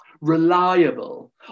reliable